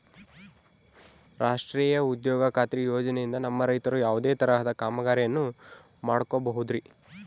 ರಾಷ್ಟ್ರೇಯ ಉದ್ಯೋಗ ಖಾತ್ರಿ ಯೋಜನೆಯಿಂದ ನಮ್ಮ ರೈತರು ಯಾವುದೇ ತರಹದ ಕಾಮಗಾರಿಯನ್ನು ಮಾಡ್ಕೋಬಹುದ್ರಿ?